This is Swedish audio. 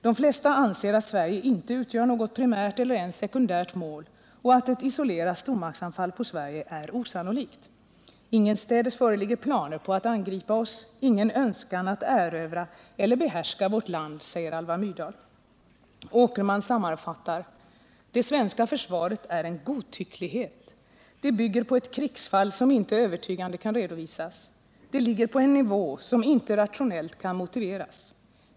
De flesta anser att Sverige inte utgör något primärt eller ens sekundärt mål och att ett isolerat stormaktsanfall på Sverige är osannolikt. Ingenstädes föreligger planer på att angripa oss, ingen önskan att erövra eller behärska vårt land, säger Alva Myrdal. Nordal Åkerman sammanfattar: ”Det svenska försvaret är en godtycklighet. Det bygger på ett krigsfall som inte övertygande kan redovisas. Det ligger på en nivå som inte rationellt kan motiveras.